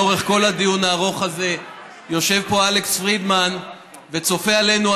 לאורך כל הדיון הארוך הזה יושב פה אלכס פרידמן וצופה עלינו,